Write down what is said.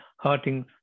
hurting